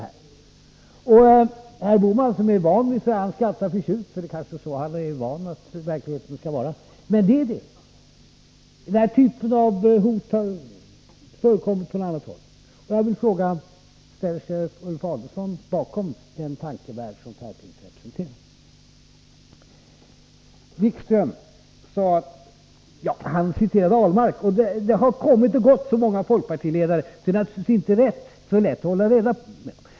Herr Bohman skrattar förtjust — han är kanske van vid att verkligheten skall vara sådan — men det är just vad det är fråga om. Den här typen av hot har inte förekommit på något annat håll. Jag vill fråga: Ställer sig Ulf Adelsohn bakom den tankevärld som här finns representerad? Wikström citerade Ahlmark. Det har kommit och gått så många folkpartiledare att det inte är så lätt att hålla reda på dem.